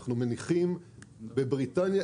בבריטניה,